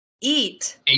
eat